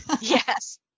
Yes